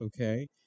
Okay